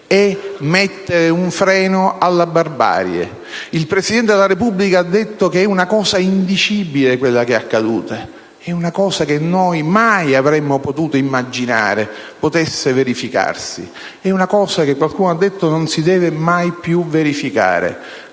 è mettere un freno alla barbarie. Il Presidente della Repubblica ha detto che ciò che è accaduto è una cosa indicibile. È una cosa che noi mai avremmo potuto immaginare potesse verificarsi; è una cosa che, qualcuno ha detto, non si deve mai più verificare.